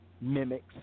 mimics